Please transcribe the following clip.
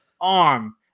arm